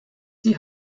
die